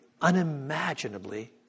unimaginably